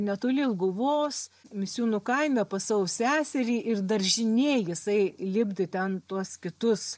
netoli ilguvos misiūnų kaime pas savo seserį ir daržinėj jisai lipdė ten tuos kitus